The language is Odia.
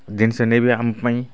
ଜିନିଷ ନେବେ ଆମ ପାଇଁ